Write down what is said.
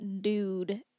dude